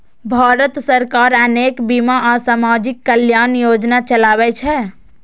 भारत सरकार अनेक बीमा आ सामाजिक कल्याण योजना चलाबै छै